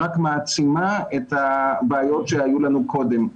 היא רק מעצימה את הבעיות שהיו לנו קודם.